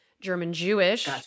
German-Jewish